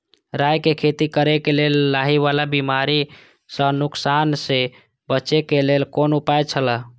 राय के खेती करे के लेल लाहि वाला बिमारी स नुकसान स बचे के लेल कोन उपाय छला?